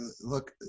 look